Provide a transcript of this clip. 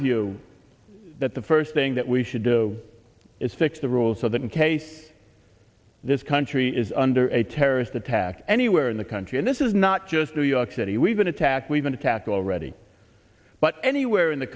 view that the first thing that we should do is fix the rules so that in case this country is under a terrorist attack anywhere in the country and this is not just new york city we've been attacked we've been attacked already but anywhere in the